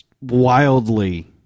wildly